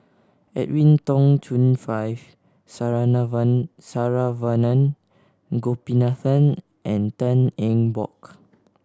Edwin Tong Chun Fai Saravanan Gopinathan and Tan Eng Bock